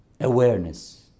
Awareness